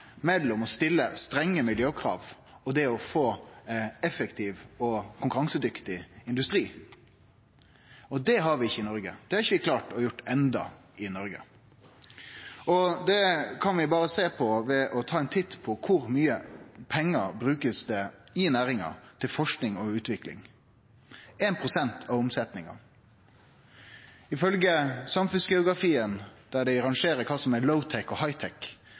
mellom det å stille strenge miljøkrav og det å få ein effektiv og konkurransedyktig industri. Det har vi ikkje i Noreg, det har vi ikkje klart enno i Noreg. Det kan vi sjå berre ved å ta ein titt på kor mykje pengar det blir brukt i næringa til forsking og utvikling – 1 pst. av omsetninga. Ifølgje samfunnsgeografien, der dei rangerer kva som er low tech og